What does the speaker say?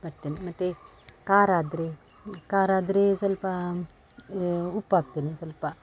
ಬರ್ತೇನೆ ಮತ್ತೆ ಖಾರ ಆದರೆ ಖಾರ ಆದರೆ ಸ್ವಲ್ಪ ಉಪ್ಪು ಹಾಕ್ತೇನೆ ಸ್ವಲ್ಪ